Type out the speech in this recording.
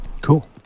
Cool